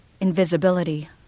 Invisibility